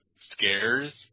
scares